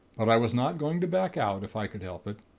but i was not going to back out, if i could help it.